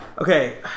Okay